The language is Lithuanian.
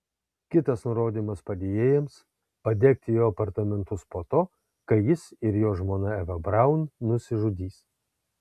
kitas nurodymas padėjėjams padegti jo apartamentus po to kai jis ir jo žmona eva braun nusižudys